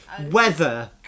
weather